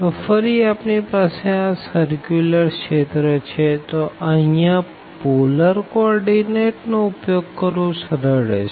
તો ફરી આપણી પાસે આ સર્ક્યુલર રિજિયન છે તો અહિયાં પોલર કો ઓર્ડીનેટ નો ઉપયોગ કરવો સરળ રેહશે